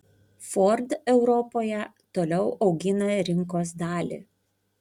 ford europoje toliau augina rinkos dalį